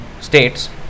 states